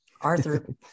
arthur